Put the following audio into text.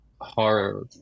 horror